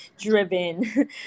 driven